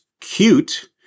cute